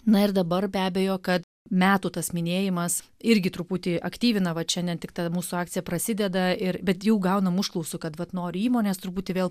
na ir dabar be abejo kad metų tas minėjimas irgi truputį aktyvina va čia ne tik ta mūsų akcija prasideda ir bet jau gaunam užklausų kad vat nori įmonės truputį vėl